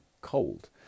cold